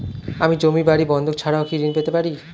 আমি জমি বাড়ি বন্ধক ছাড়া কি ঋণ পেতে পারি?